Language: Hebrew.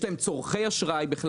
יש להם צורכי אשראי,